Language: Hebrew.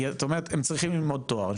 כי את אומרת הם צריכים ללמוד תואר.